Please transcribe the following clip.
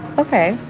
ok.